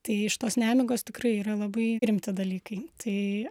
tai iš tos nemigos tikrai yra labai rimti dalykai tai